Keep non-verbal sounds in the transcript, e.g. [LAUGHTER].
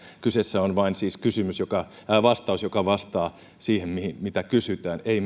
kyseessä on vain siis vastaus joka vastaa siihen mitä kysytään ei [UNINTELLIGIBLE]